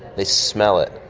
they smell it.